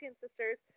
sisters